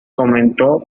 comentó